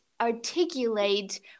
articulate